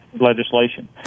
legislation